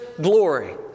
glory